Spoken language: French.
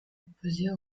opposés